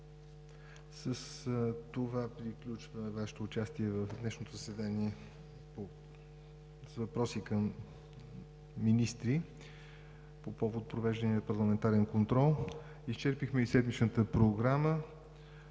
с това приключва Вашето участие в днешното заседание с въпроси към министри по повод провеждане на парламентарен контрол. Изчерпихме и седмичната програма.